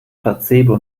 placebo